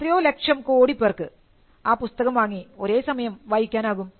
എത്രയോ ലക്ഷം കോടി പേർക്ക് ആ പുസ്തകം വാങ്ങി ഒരേ സമയം വായിക്കാനാകും